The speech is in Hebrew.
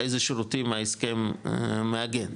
איזה שירותים ההסכם מאגד,